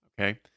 okay